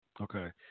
Okay